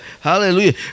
Hallelujah